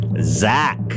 Zach